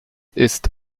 ist